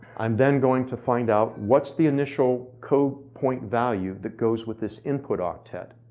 i'm then going to find out, what's the initial code point value that goes with this input octet,